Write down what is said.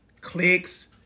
clicks